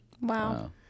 Wow